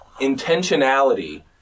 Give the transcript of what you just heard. intentionality